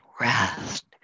rest